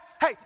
hey